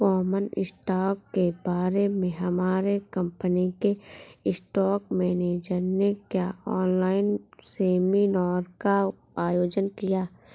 common stock के बारे में हमारे कंपनी के स्टॉक मेनेजर ने एक ऑनलाइन सेमीनार का आयोजन किया